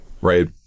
right